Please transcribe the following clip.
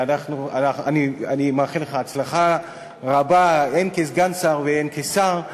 ואני מאחל לך הצלחה רבה, הן כסגן שר והן כשר.